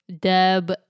Deb